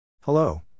Hello